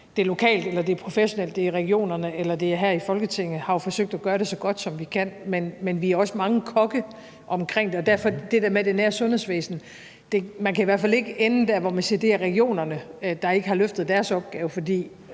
det er lokalt, professionelt, i regionerne eller her i Folketinget, har jo forsøgt at gøre det så godt, som vi kan, men vi er også mange kokke omkring det, og derfor kan man i forhold til det der med det nære sundhedsvæsen i hvert fald ikke ende der, hvor man siger: Det er regionerne, der ikke har løftet deres opgave. For